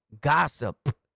gossip